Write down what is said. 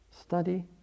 study